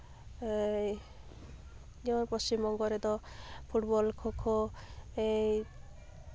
ᱮᱭ ᱡᱮᱢᱚᱱ ᱯᱚᱪᱷᱤᱢ ᱵᱚᱝᱜᱚ ᱨᱮᱫᱚ ᱯᱷᱩᱴᱵᱚᱞ ᱠᱷᱳᱸ ᱠᱷᱳᱸ ᱮᱭ